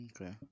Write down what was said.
Okay